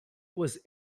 was